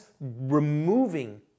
removing